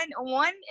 one